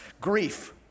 Grief